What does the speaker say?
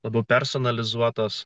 labiau personalizuotos